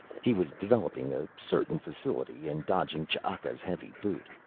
he was developing a certain facility in dodging ch'aka's heavy boot,